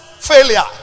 failure